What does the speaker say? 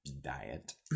diet